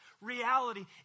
reality